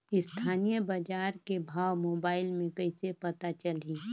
स्थानीय बजार के भाव मोबाइल मे कइसे पता चलही?